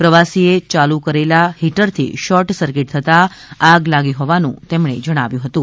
પ્રવાસીએ ચાલુ કરેલા હીટરથી શોર્ટ સર્કિટ થતાં આગ લાગી હોવાનું તેમણે જણાવ્યુ હતું